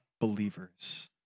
believers